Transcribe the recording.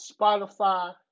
Spotify